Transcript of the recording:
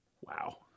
Wow